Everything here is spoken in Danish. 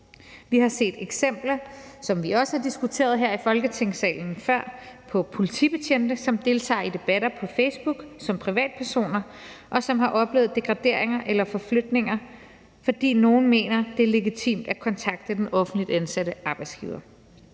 Vi har set eksempler, som vi også har diskuteret her i Folketingssalen før, på politibetjente, som deltager i debatter på Facebook som privatpersoner, og som har oplevet degraderinger eller forflytninger, fordi nogle mener, at det er legitimt at kontakte den offentligt ansattes arbejdsgiver.